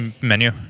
menu